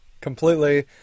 completely